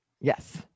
Yes